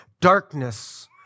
Darkness